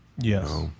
Yes